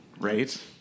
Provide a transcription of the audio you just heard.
Right